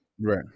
right